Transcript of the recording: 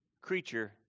creature